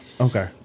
Okay